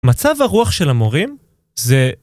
מצב הרוח של המורים זה...